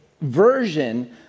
version